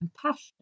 compassion